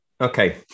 Okay